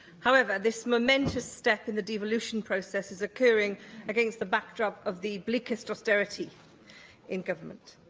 however, this momentous step in the devolution process is occurring against the backdrop of the bleakest austerity in government.